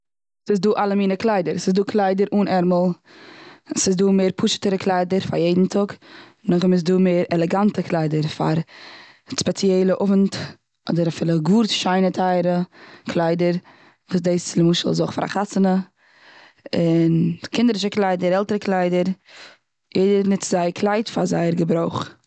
ס'איז דא אלע מיני קליידער. ס'איז דא קליידער אן ערמל. ס'איז דא מער פשוטערע קליידער פאר יעדן טאג. נאכדעם איז דא עלעגאנטע קליידער פא ספעציעלע אווענט, אדער אפילו גאר שיינע טייערע קליידער, וואס דאס איז למשל אויך פאר א חתונה. און קינדערישע קליידער, עלטערע קליידער. יעדער נוצט זייער קלייד פאר זייער געברויך.